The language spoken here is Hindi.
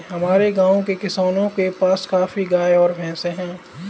हमारे गाँव के किसानों के पास काफी गायें और भैंस है